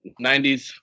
90s